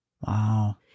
Wow